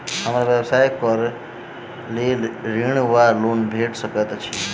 हमरा व्यवसाय कऽ लेल ऋण वा लोन भेट सकैत अछि?